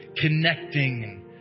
connecting